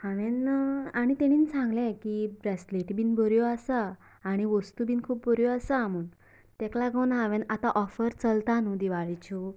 हांवें आनी तेणीन सांगले की ब्रेसलेट बिन बऱ्यो आसा आनी वस्तू बिन खूब बऱ्यो आसा म्हूण तेका लागून हांवें आतां ओफर चलता नू दिवाळेच्यो